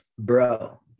Bro